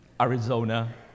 Arizona